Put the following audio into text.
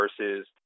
versus